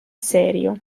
serio